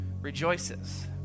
rejoices